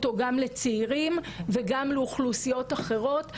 היה דיון בהקשר הזה,